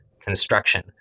construction